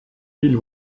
villes